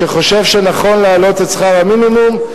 שחושב שנכון להעלות את שכר המינימום,